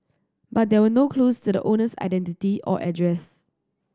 but there were no clues to the owner's identity or address